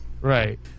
Right